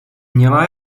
měla